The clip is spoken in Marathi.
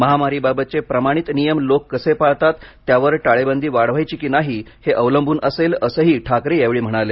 महामारीबाबतचे प्रमाणित नियम लोक कसे पाळतात त्यावर टाळेबंदी वाढवायची की नाही अवलंबून असेल असही ठाकरे यावेळी म्हणाले